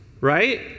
right